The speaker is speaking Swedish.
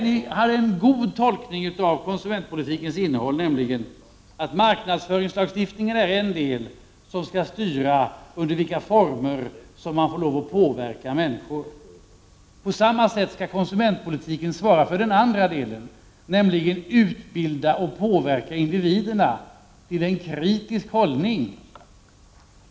Vi har en god tolkning av konsumentpolitikens innehåll, nämligen att marknadsföringslagstiftningen är den del som skall styra under vilka former som man får lov att påverka människor. På samma sätt skall konsumentpolitiken svara för en andra delen, att påverka och utbilda individer till en kritisk hållning.